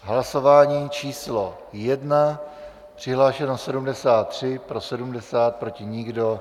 Hlasování číslo 1, přihlášeno 73, pro 70, proti nikdo.